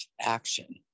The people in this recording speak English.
action